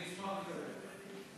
אשמח לראות אותם.